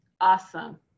Awesome